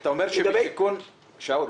שאול,